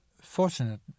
fortunate